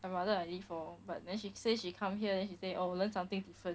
I rather I leave lor but then she say she come here then she say oh learn something different